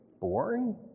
born